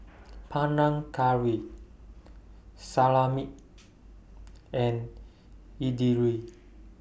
Panang Curry Salami and Idili